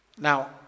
Now